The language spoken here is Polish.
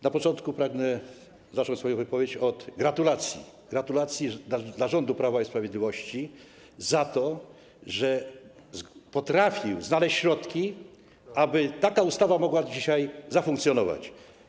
Na początku pragnę zacząć swoją wypowiedź od gratulacji, gratulacji dla rządu Prawa i Sprawiedliwości za to, że potrafił znaleźć środki, aby taka ustawa mogła dzisiaj zafunkcjonować.